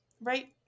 right